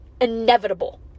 inevitable